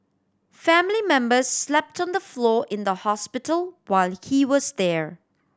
family member slept on the floor in the hospital while he was there